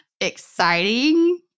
Exciting